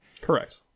Correct